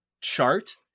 chart